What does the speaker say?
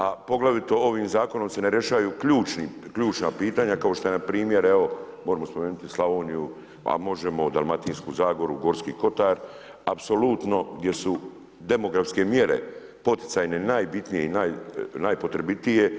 A poglavito ovim zakonom se ne rješavaju ključna pitanja kao što je npr. evo moramo spomenuti Slavoniju a možemo Dalmatinsku zagoru, Gorski Kotar, apsolutno gdje su demografske mjere poticajne najbitnije i najpotrebitije.